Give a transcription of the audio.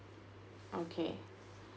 okay